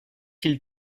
ils